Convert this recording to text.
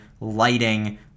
lighting